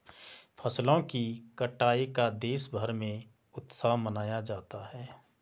फसलों की कटाई का देशभर में उत्सव मनाया जाता है